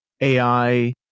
AI